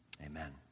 amen